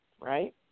right